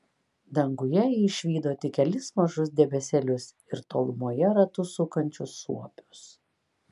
danguje ji išvydo tik kelis mažus debesėlius ir tolumoje ratu sukančius suopius